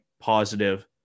positive